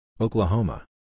Oklahoma